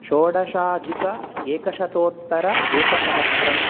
षोडशाधिक एकशतोत्तर एकसहस्रं